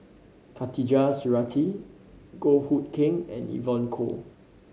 Khatijah Surattee Goh Hood Keng and Evon Kow